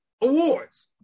awards